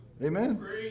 Amen